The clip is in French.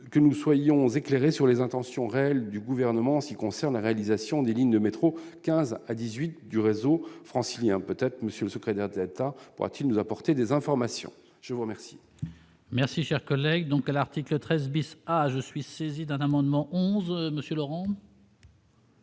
que nous soyons éclairer sur les intentions réelles du gouvernement en ce qui concerne la réalisation des lignes de métro 15 à 18 du réseau francilien, peut-être monsieur secret d'Data pourra-t-il nous apporter des informations, je vous remercie. Merci, cher collègue, donc l'article 13 bis je suis saisi d'un amendement 11, monsieur Laurent.